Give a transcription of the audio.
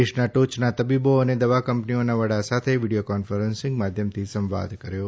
દેશના ટોચના તબીબો અને દવા કંપનીઓના વડા સાથે વીડિયો કોન્ફરન્સિંગ માધ્યમથી સંવાદ કર્યો હતો